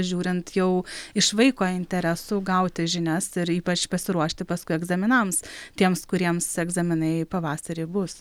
žiūrint jau iš vaiko interesų gauti žinias ir ypač pasiruošti paskui egzaminams tiems kuriems egzaminai pavasarį bus